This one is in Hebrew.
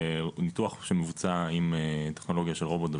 לניתוח שמבוצע עם טכנולוגיה של רובוט דה